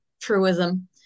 truism